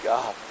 God